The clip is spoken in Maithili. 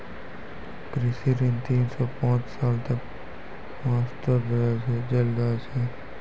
कृषि ऋण तीन सॅ पांच साल तक वास्तॅ देलो जाय छै